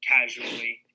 casually